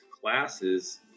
classes